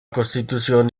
constitución